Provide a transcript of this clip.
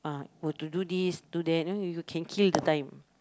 were to do this do that know you can kill the time